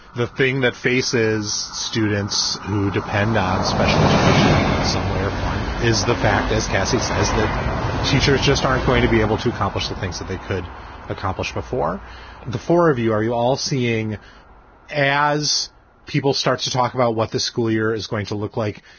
the thing that faces students who depend on special education in some way or form is the fact, as cassie says, that teachers just aren't going to be able to accomplish the things that they could accomplish before the four of you. are you all seeing as people start to talk about what the school year is going to look like,